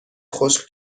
خشک